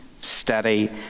steady